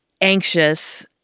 anxious